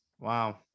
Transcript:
Wow